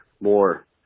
more